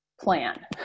plan